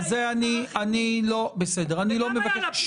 זה גם היה לפיד ובנט.